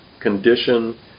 condition